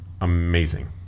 Amazing